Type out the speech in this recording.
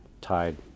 tied